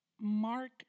Mark